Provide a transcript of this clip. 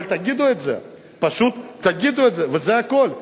אבל תגידו את זה, פשוט תגידו את זה וזה הכול.